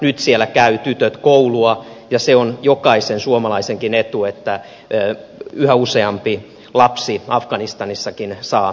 nyt siellä käyvät tytöt koulua ja se on jokaisen suomalaisenkin etu että yhä useampi lapsi afganistanissakin saa koulutusta